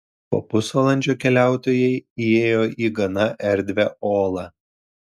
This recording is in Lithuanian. po pusvalandžio keliautojai įėjo į gana erdvią olą